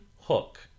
Hook